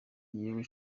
igihugu